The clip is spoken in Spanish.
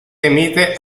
emite